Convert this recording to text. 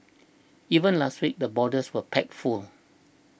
even last week the borders were packed full